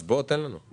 אז בוא תן לנו פירוט.